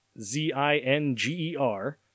Z-I-N-G-E-R